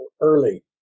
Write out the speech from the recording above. early